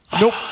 Nope